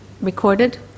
recorded